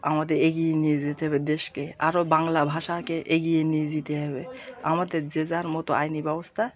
আমাদের এগিয়ে নিয়ে যেতে হবে দেশকে আরো বাংলা ভাষাকে এগিয়ে নিয়ে যেতে হবে আমাদের যে যার মতো আইনি ব্যবস্থা